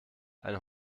eine